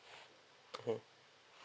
mmhmm